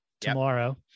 tomorrow